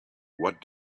what